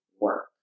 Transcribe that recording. work